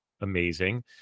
amazing